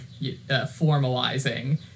formalizing